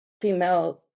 female